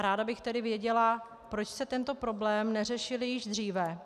Ráda bych tedy věděla, proč jste tento problém neřešili již dříve.